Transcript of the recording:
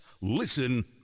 Listen